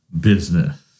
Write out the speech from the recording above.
business